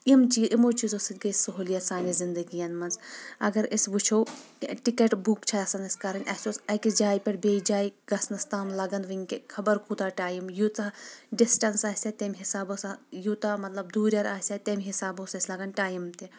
اِم چیٖز اِمو چیٖزو سۭتۍ گٔیہِ سہوٗلیت سانٮ۪ن زندگی یَن منٛز اگر أسۍ وٕچھو ٹکیٹ بُک چھِ آسان اسہِ کرٕنۍ اسہِ اوس أکہِ جایہِ پٮ۪ٹھ بیٚیِس جایہِ گژھنس تام لگان ؤنکیٚن خبر کوٗتاہ ٹایِم یوٗتاہ ڈسٹینٕس آسہِ ہا تمہِ حسابہٕ اوس یوٗتاہ مطلب دوٗریر آسہِ ہا تمہِ حسابہٕ اوس اسہِ لگان ٹایِم تہِ